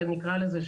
נקרא לזה,